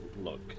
look